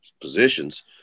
positions